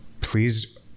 please